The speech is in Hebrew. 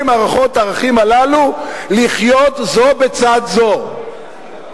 מערכות הערכים הללו לחיות זו בצד זו.